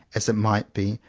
as it might be,